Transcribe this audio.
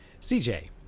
CJ